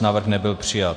Návrh nebyl přijat.